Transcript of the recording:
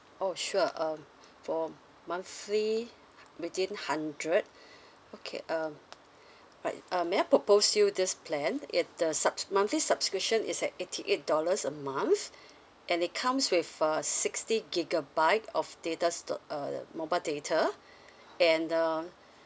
oh sure um for monthly within hundred okay um right uh may I propose you this plan it the subs~ monthly subscription is at eighty eight dollars a month and it comes with a sixty gigabyte of data sto~ uh mobile data and uh